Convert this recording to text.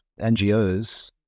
NGOs